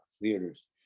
theaters